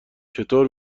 چطور